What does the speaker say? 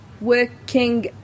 working